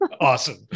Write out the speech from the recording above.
Awesome